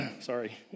Sorry